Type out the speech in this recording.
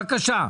בבקשה.